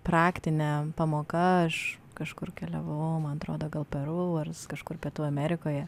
praktinė pamoka aš kažkur keliavau man atrodo gal peru ar kažkur pietų amerikoje